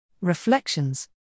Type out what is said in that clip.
Reflections